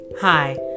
Hi